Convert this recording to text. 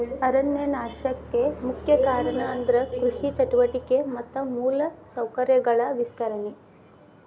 ಅರಣ್ಯ ನಾಶಕ್ಕೆ ಮುಖ್ಯ ಕಾರಣ ಅಂದ್ರ ಕೃಷಿ ಚಟುವಟಿಕೆ ಮತ್ತ ಮೂಲ ಸೌಕರ್ಯಗಳ ವಿಸ್ತರಣೆ